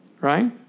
Right